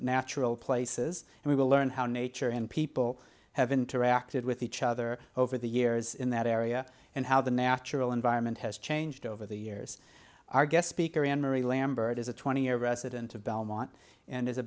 natural places and we will learn how nature and people have interacted with each other over the years in that area and how the natural environment has changed over the years our guest speaker and marie lambert is a twenty year resident of belmont and is